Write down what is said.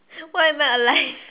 why am I alive